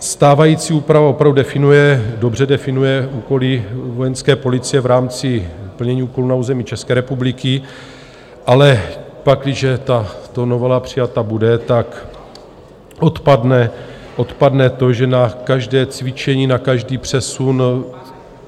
Stávající úprava opravdu definuje, dobře definuje úkoly Vojenské policie v rámci plnění úkolů na území České republiky, ale pakliže tato novela přijata bude, odpadne to, že na každé cvičení, na každý přesun